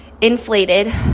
inflated